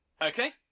Okay